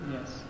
Yes